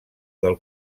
del